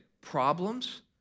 problems